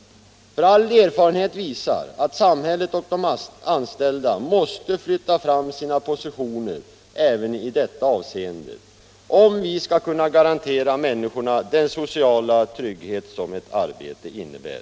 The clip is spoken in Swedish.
All erfarenhet visar att samhället och de anställda måste flytta fram sina positioner även i detta avseende, om vi skall kunna garantera människorna den sociala trygghet som ett arbete innebär.